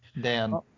Dan